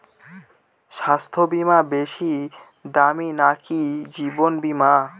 স্বাস্থ্য বীমা বেশী দামী নাকি জীবন বীমা?